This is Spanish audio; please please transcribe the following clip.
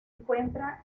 encuentra